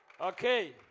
Okay